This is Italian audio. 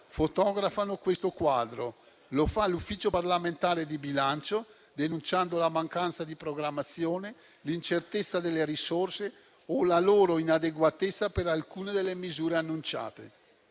fotografano questo quadro; lo fa l’Ufficio parlamentare di bilancio, denunciando la mancanza di programmazione, l’incertezza delle risorse o la loro inadeguatezza per alcune delle misure annunciate,